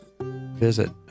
visit